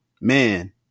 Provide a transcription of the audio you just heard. man